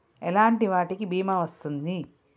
ఎలాంటి వాటికి బీమా వస్తుంది?